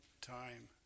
time